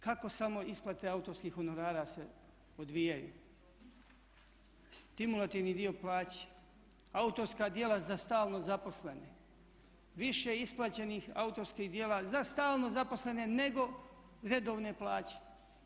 Kako samo isplate autorskih honorara se odvijaju, stimulativni dio plaće, autorska djela za stalno zaposlene, više isplaćenih autorskih djela za stalno zaposlene nego redovne plaće.